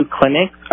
clinics